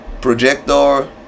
projector